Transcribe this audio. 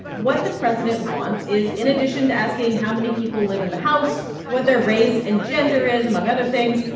what the president wants is, in addition to asking how many people live in the house, what their race and gender is, among other things,